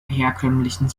herkömmlichen